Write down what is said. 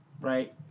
right